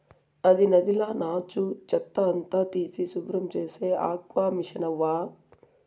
అది నదిల నాచు, చెత్త అంతా తీసి శుభ్రం చేసే ఆక్వామిసనవ్వా